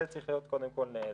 זה צריך להיות קודם כל זה.